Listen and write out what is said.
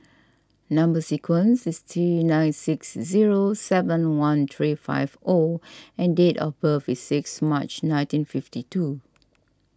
Number Sequence is T nine six zero seven one three five O and date of birth is sixt March nineteen fifty two